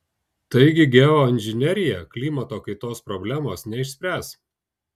taigi geoinžinerija klimato kaitos problemos neišspręs